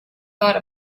thought